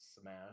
smash